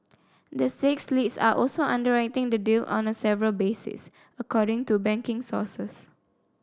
the six leads are also underwriting the deal on a several basis according to banking sources